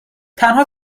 تنها